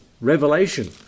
Revelation